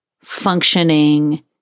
functioning